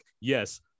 yes